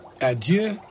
Adieu